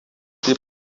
taip